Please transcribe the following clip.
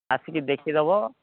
ଆସିକି ଦେଖିଦେବ